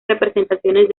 representaciones